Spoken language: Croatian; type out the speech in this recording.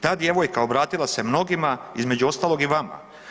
Ta djevojka obratila se mnogima, između ostalog i vama.